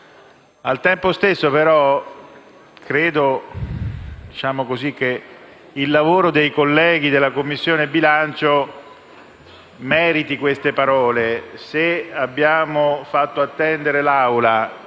Al tempo stesso, però, credo che il lavoro svolto dai colleghi della Commissione bilancio meriti queste parole. Se abbiamo fatto attendere l'Assemblea